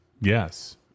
Yes